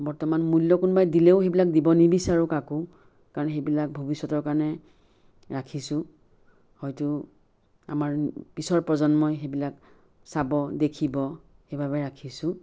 বৰ্তমান মূল্য কোনোবাই দিলেও সেইবিলাক দিব নিবিচাৰোঁ কাকো কাৰণ সেইবিলাক ভৱিষ্যতৰ কাৰণে ৰাখিছোঁ হয়তো আমাৰ পিছৰ প্ৰজন্মই সেইবিলাক চাব দেখিব সেইবাবে ৰাখিছোঁ